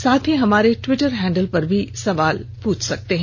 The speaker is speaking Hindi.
साथ ही हमारे ट्वीटर हैंडल पर भी सवाल पूछे जा सकते हैं